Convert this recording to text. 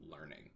learning